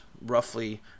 roughly